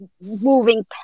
moving